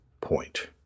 point